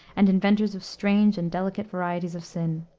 and inventors of strange and delicate varieties of sin.